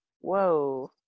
Whoa